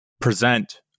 present